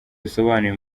bisobanuye